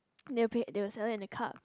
they will be they were selling in a cup